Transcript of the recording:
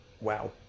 Wow